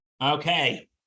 Okay